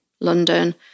London